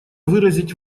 выразить